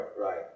right